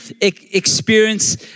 experience